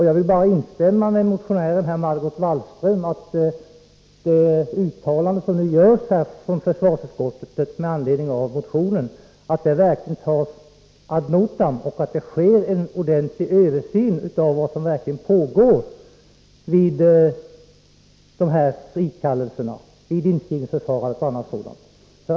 Jag vill bara instämma med motionären Margot Wallström, när hon hoppas att det uttalande som nu görs av försvarsutskottet med anledning av motionen verkligen tas ad notam och att det sker en ordentlig översyn av vad som sker när så många frikallas vid inskrivningsförfarandet.